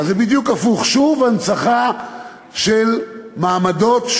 שוב הנצחה של מעמדות,